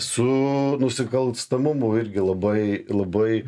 su nusikalstamumu irgi labai labai